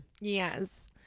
Yes